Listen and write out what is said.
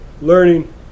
learning